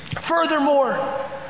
Furthermore